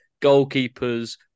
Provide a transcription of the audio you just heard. goalkeepers